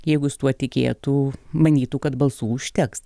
jeigu jis tuo tikėtų manytų kad balsų užteks